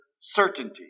certainty